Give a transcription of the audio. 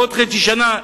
בעוד חצי שנה,